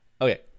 okay